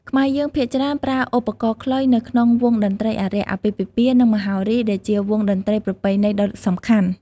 ខ្មែរយើងភាគច្រើនប្រើឧបករណ៍ខ្លុយនៅក្នុងវង់តន្ត្រីអារក្ស អាពាហ៍ពិពាហ៍ និងមហោរីដែលជាវង់តន្ត្រីប្រពៃណីដ៏សំខាន់។